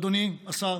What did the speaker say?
אדוני השר